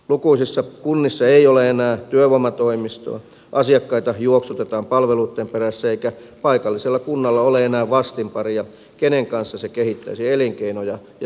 lukuisissa kunnissa ei ole enää työvoimatoimistoa asiakkaita juoksutetaan palveluitten perässä eikä paikallisella kunnalla ole enää vastinparia kenen kanssa se kehittäisi elinkeinoja ja suitsisi työttömyyttä